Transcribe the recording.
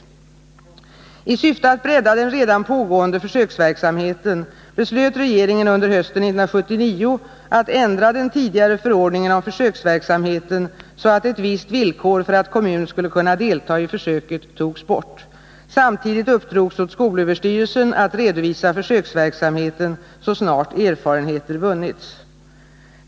I syfte att bredda den redan pågående försöksverksamheten beslöt regeringen under hösten 1979 att ändra den tidigare förordningen om försöksverksamheten så, att ett visst villkor för att kommun skulle kunna delta i försöket togs bort. Samtidigt uppdrogs åt skolöverstyrelsen att redovisa försöksverksamheten så snart erfarenheter vunnits.